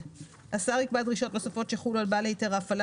השר יקבע דרישות נוספות שיחולו על בעל היתר הפעלה